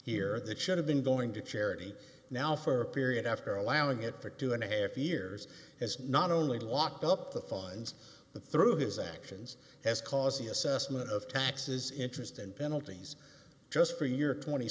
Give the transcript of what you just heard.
here that should have been going to charity now for a period after allowing it for two and a half years as not only locked up the fines the through his actions has caused the assessment of taxes interest and penalties just for year tw